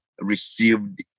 received